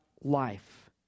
life